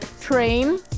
Train